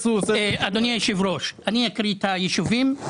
אדוני היושב ראש, אני אקריא את הישובים.